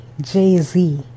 Jay-Z